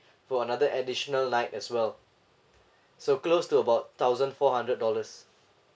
for another additional night as well so close to about thousand four hundred dollars